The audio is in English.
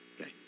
Okay